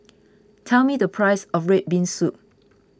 tell me the price of Red Bean Soup